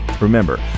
Remember